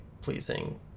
pleasing